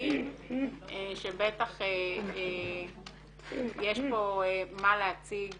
וחברותיים שבטח יש פה מה להציג